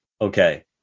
okay